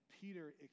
Peter